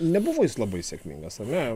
nebuvo jis labai sėkmingas ar ne